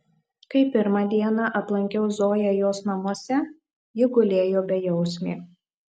kai pirmą dieną aplankiau zoją jos namuose ji gulėjo bejausmė